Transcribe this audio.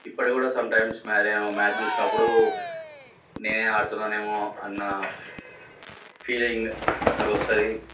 ఇప్పటికీ కూడా some time నేను మ్యాచ్ చూసినప్పుడు నేనే ఆడుతున్నానేమో అన్న ఫీలింగ్ వస్తది